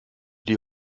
die